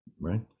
right